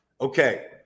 okay